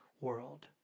world